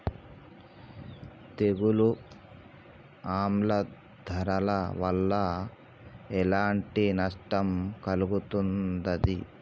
తెగులు ఆమ్ల వరదల వల్ల ఎలాంటి నష్టం కలుగుతది?